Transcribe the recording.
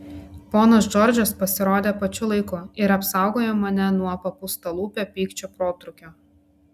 ponas džordžas pasirodė pačiu laiku ir apsaugojo mane nuo papūstalūpio pykčio protrūkio